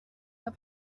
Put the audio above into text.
bien